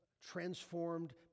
transformed